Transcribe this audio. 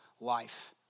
life